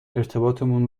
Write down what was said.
ارتباطمون